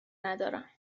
ندارم